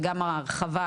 וגם ההרחבה,